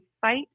fight